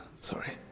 Sorry